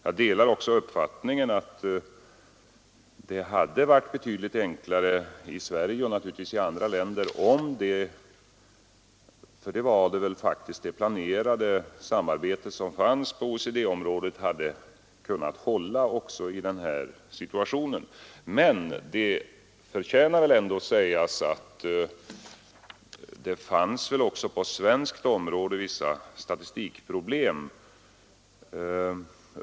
Jag delar också uppfattningen att det hade varit betydligt enklare i Sverige och naturligtvis även i andra länder, om det samarbete som planerats på OECD-området — för så var väl fallet — hade kunnat hålla också i denna situation. Men det förtjänar ändå att sägas att det väl också på svenskt område fanns vissa statistikproblem.